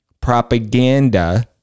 propaganda